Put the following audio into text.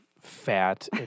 fat